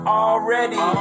already